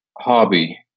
hobby